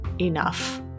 enough